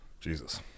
Jesus